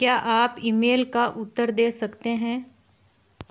क्या आप ईमेल का उत्तर दे सकते हैं